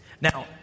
Now